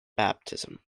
baptism